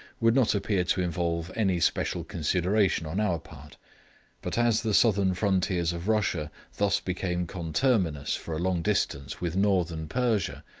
would not appear to involve any special consideration on our part but as the southern frontiers of russia thus became conterminous for a long distance with northern persia,